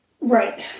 Right